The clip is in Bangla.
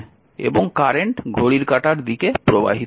এবং কারেন্ট ঘড়ির কাঁটার দিকে প্রবাহিত হবে